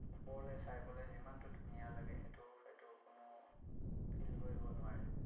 ওপৰলে চাই পেলাই যিমানটো ধুনীয়া লাগে সেইটো হয়তো কোনো ফীল কৰিব নোৱাৰে